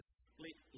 split